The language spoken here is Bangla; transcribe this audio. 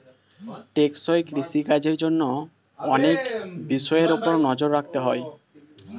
টেকসই কৃষি কাজের জন্য অনেক বিষয়ের উপর নজর রাখতে হয়